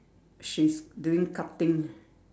she's doing cutting